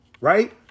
right